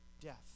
death